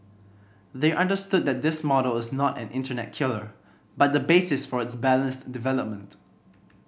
they understood that this model is not an internet killer but the basis for its balanced development